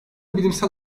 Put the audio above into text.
bilimsel